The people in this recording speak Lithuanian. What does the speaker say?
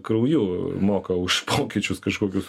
krauju moka už pokyčius kažkokius